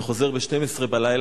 וחוזר ב-24:00,